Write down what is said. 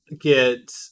get